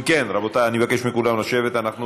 אם כן, רבותיי, אני אבקש מכולם לשבת, אנחנו